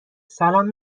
سلام